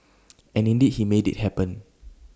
and indeed he made IT happen